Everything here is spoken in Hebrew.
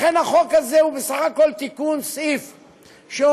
לכן החוק הזה הוא בסך הכול תיקון סעיף שאומר: